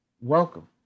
Welcome